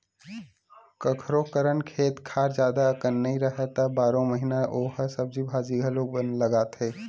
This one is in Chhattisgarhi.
कखोरो करन खेत खार जादा अकन नइ राहय त बारो महिना ओ ह सब्जी भाजी घलोक लगाथे